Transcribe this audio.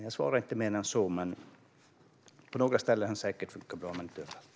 Jag svarar inte mer än så. På några ställen har det säkert funkat bra men inte överallt.